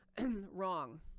wrong